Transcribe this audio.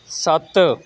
ਸੱਤ